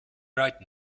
right